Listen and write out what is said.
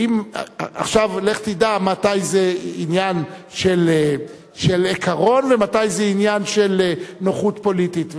עכשיו לך תדע מתי זה עניין של עיקרון ומתי זה עניין של נוחות פוליטית.